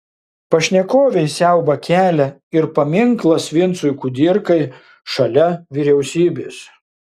pašnekovei siaubą kelia ir paminklas vincui kudirkai šalia vyriausybės